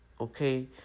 okay